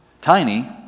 Tiny